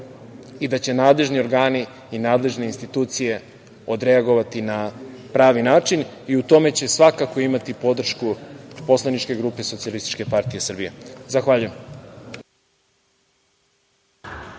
i da će nadležni organi i nadležne institucije odreagovati na pravi način. U tome će svakako imati podršku poslaničke grupe SPS. Zahvaljujem.